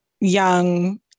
young